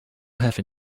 have